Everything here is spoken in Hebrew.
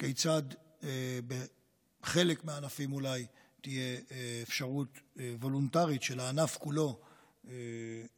כיצד בחלק מהענפים אולי תהיה אפשרות וולונטרית של הענף כולו לשינויים,